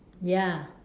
ya